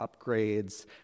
upgrades